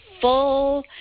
full